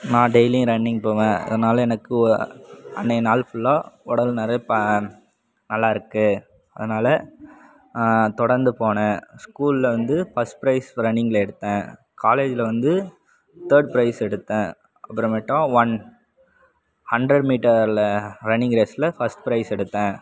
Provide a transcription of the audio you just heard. நான் டெய்லியும் ரன்னிங் போவேன் அதனால் எனக்கு ஓ அன்றைய நாள் ஃபுல்லாக உடல் நிறைய ப நல்லா இருக்குது அதனால் தொடர்ந்து போனேன் ஸ்கூலில் வந்து ஃபஸ்ட் பிரைஸ் ரன்னிங்கில் எடுத்தேன் காலேஜில் வந்து தேர்ட் பிரைஸ் எடுத்தேன் அப்புறமேட்டா ஒன் ஹண்ரட் மீட்டரில் ரன்னிங் ரேஸில் ஃபஸ்ட் பிரைஸ் எடுத்தேன்